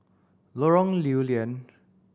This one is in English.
Lorong Lew Lian